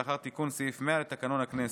לאחר תיקון סעיף 100 לתקנון הכנסת: